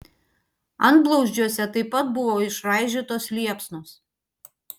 antblauzdžiuose taip pat buvo išraižytos liepsnos